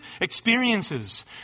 experiences